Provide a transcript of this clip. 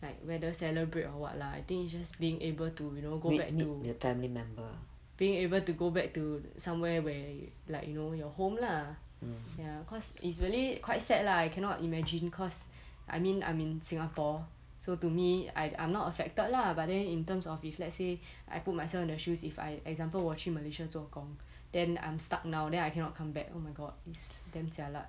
like whether celebrate or what lah I think you just being able to you know go back to being able to go back to somewhere where like you know your home lah ya cause it's really quite sad lah I cannot imagine cause I mean I'm in singapore so to me I I'm not affected lah but then in terms of if let's say I put myself in the shoes if I example 我去 malaysia 做工 then I'm stuck now then I cannot come back oh my god it's damn jialat